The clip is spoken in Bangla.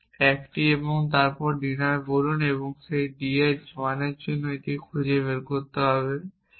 একটি এবং তারপর ডিনার বলুন এবং সেই ডি এর জন্য একটি মান খুঁজে বের করার চেষ্টা করুন